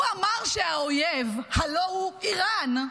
הוא אמר שהאויב, הלוא הוא איראן,